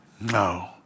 No